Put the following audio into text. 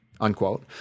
unquote